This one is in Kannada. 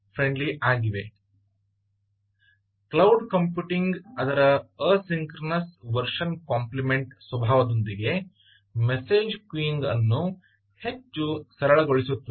ಆದ್ದರಿಂದ ಕ್ಲೌಡ್ ಕಂಪ್ಯೂಟಿಂಗ್ ಅದರ ಎಸಿಂಕ್ರೋನಸ್ ವರ್ಷನ್ ಕಂಪ್ಲಿಮೆಂಟ್ ಸ್ವಭಾವದೊಂದಿಗೆ ಮೆಸ್ಸೇಜ್ ಕ್ಯೂಯಿಂಗ್ ಅನ್ನು ಹೆಚ್ಚು ಸರಳಗೊಳಿಸುತ್ತದೆ